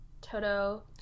Toto